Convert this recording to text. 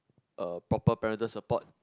a proper parented support